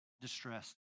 distress